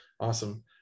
awesome